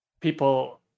people